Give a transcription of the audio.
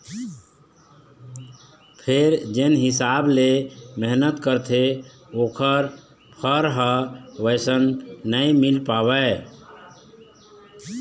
फेर जेन हिसाब ले मेहनत करथे ओखर फर ह वइसन नइ मिल पावय